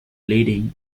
leading